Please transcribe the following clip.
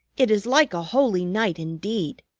it is like a holy night indeed!